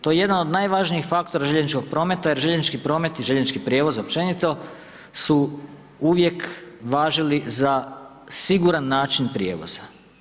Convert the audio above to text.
To je jedna od najvažnijih faktora željezničkog prometa jer željeznički promet i željeznički prijevoz općenito su uvijek važili za siguran način prijevoza.